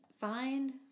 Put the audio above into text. find